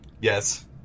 Yes